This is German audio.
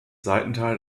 seitental